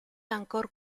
ancor